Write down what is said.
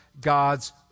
God's